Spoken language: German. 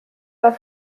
war